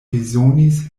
bezonis